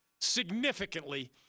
significantly